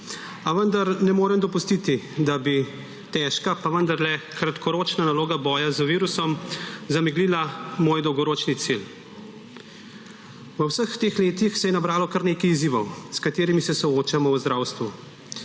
A vendar ne morem dopustiti, da bi težka, pa vendarle kratkoročna, naloga boja z virusom zameglila moj dolgoročni cilj. V vseh teh letih se je nabralo kar nekaj izzivov, s katerimi se soočamo v zdravstvu.